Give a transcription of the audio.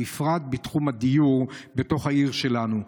בפרט בתחום הדיור בתוך העיר שלנו.